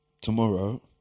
Tomorrow